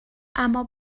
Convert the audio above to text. اما